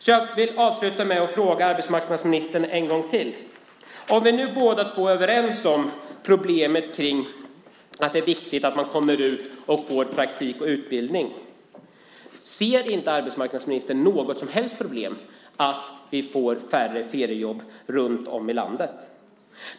Så jag vill avsluta med att fråga arbetsmarknadsministern en gång till: Om vi nu är överens om problemet kring att det är viktigt att man kommer ut och får praktik och utbildning, ser inte arbetsmarknadsministern något som helst problem med att vi får färre feriejobb runt om i landet?